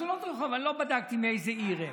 חתולות רחוב, לא בדקתי מאיזה עיר הן.